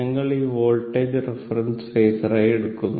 ഞങ്ങൾ ഈ voltage reference ഫാസറായി എടുക്കുന്നു